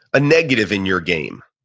a negative in your game.